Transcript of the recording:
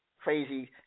crazy